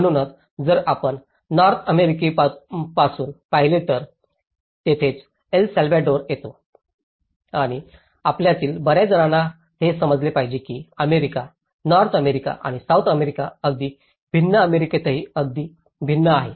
म्हणूनच जर आपण नॉर्थ अमेरिकेतून पाहिले तर येथेच एल साल्वाडोर येतो आणि आपल्यातील बर्याच जणांना हे समजले पाहिजे की अमेरिका नॉर्थ अमेरिका आणि सौथ अमेरिका अगदी भिन्न अमेरिकेतही अगदी भिन्न आहे